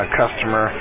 customer